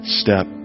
step